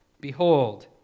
Behold